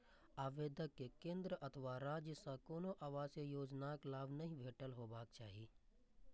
आवेदक कें केंद्र अथवा राज्य सं कोनो आवासीय योजनाक लाभ नहि भेटल हेबाक चाही